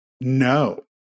No